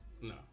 No